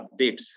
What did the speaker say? updates